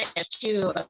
it has to.